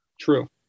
True